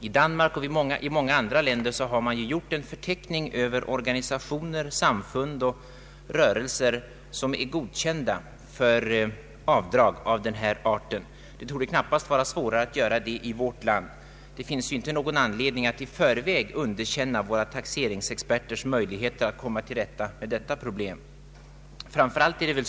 I Danmark och i många andra länder har gjorts förteckningar över organisationer, samfund och rörelser som tilllåts att göra avdrag av den här arten. Det torde knappast vara svårare att göra detta i vårt land. Det finns inte någon anledning att i förväg underkänna våra taxeringsexperters möjligheter att komma till rätta med problemet.